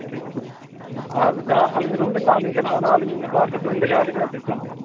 ᱴᱷᱤᱠ ᱟᱪᱷᱮ ᱟᱨ ᱡᱟᱦᱟᱸ ᱟᱹᱞᱤᱧᱟᱜ ᱨᱩᱢ ᱵᱮᱱ ᱮᱢᱟᱞᱤᱧ ᱠᱟᱱᱟ ᱚᱱᱟ ᱟᱹᱞᱤᱧ ᱦᱚᱭᱟᱴᱥᱮᱯ ᱛᱮᱵᱮᱱ ᱵᱷᱮᱡᱟ ᱟᱹᱞᱤᱧᱟ ᱟᱨ ᱪᱮᱫ ᱪᱚᱝ